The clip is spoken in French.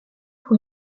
pour